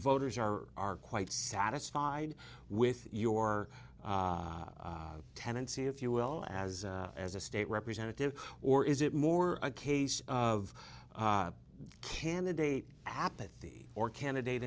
voters are are quite satisfied with your tenancy if you will as as a state representative or is it more a case of candidate apathy or candidate